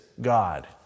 God